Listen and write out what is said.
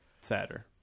sadder